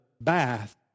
bath